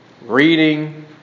reading